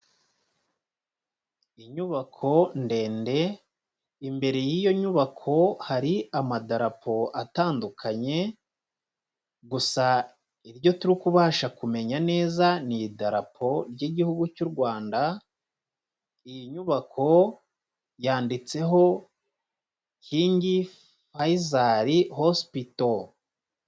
Inyubako ndende, imbere y'iyo nyubako hari amadarapo atandukanye, gusa iryo turi kubasha kumenya neza ni idarapo ry'igihugu cy'u Rwanda, iyi nyubako yanditseho King Faisal Hospital.